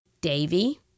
Davy